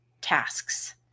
tasks